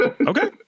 Okay